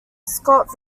scott